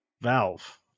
Valve